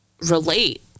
relate